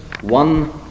one